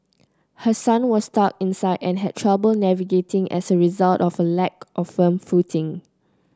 her son was stuck inside and had trouble navigating as a result of a lack of firm footing